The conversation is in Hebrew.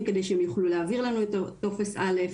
על מנת שהם יוכלו להעביר אלינו את הטופס א'.